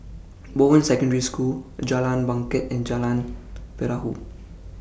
Bowen Secondary School Jalan Bangket and Jalan Perahu